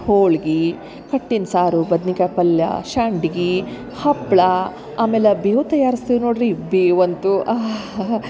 ಹೋಳ್ಗಿ ಕಟ್ಟಿನ ಸಾರು ಬದ್ನಿಕಾಯಿ ಪಲ್ಯ ಸಂಡ್ಗಿ ಹಪ್ಪಳ ಆಮೇಲೆ ಬೇವು ತಯಾರ್ಸ್ತಿವಿ ನೋಡ್ರಿ ಬೇವು ಅಂತು